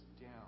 down